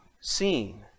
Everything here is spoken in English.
seen